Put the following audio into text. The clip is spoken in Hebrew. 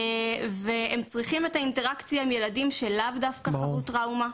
הם צריכים אינטראקציה עם ילדים שלאו דווקא חוו טראומה.